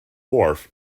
wharf